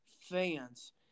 fans